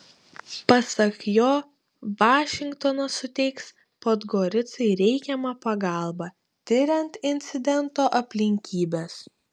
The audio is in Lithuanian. pasak jo vašingtonas suteiks podgoricai reikiamą pagalbą tiriant incidento aplinkybes